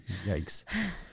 yikes